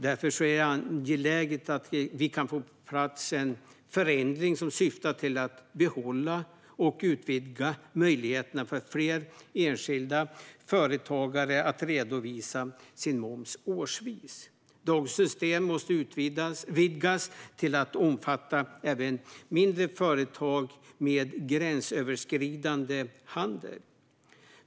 Därför är det angeläget att vi får till stånd en förändring som syftar till att behålla och utvidga möjligheterna för fler enskilda företagare att redovisa sin moms årsvis. Dagens system måste utvidgas till att omfatta även mindre företag med gränsöverskridande handel.